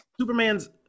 Superman's